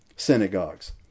synagogues